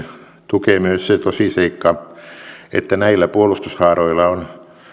tukee myös se tosiseikka että näillä puolustushaaroilla on